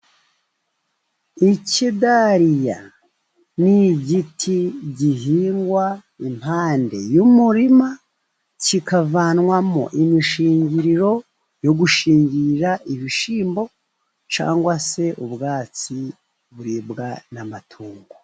Ikidariya ni igiti gihingwa impande y'umurima kikavanwamo imishingiriro yo gushingira ibishyimbo, cyangwa se ubwatsi buribwa n'amatungo.